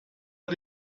hat